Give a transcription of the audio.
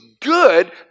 good